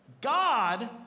God